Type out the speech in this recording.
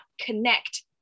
connect